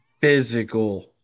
physical